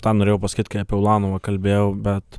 tą norėjau pasakyt kai apie ulanovą kalbėjau bet